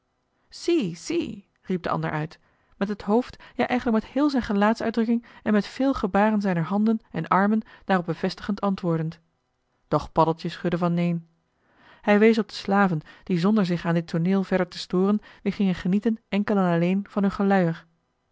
riep de ander uit met het hoofd ja eigenlijk met heel zijn gelaatsuitdrukking en met veel gebaren zijner handen en armen daarop bevestigend antwoordend doch paddeltje schudde van neen hij wees op de slaven die zonder zich aan dit tooneel verder te storen weer gingen genieten enkel en alleen van hun geluier